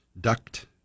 duct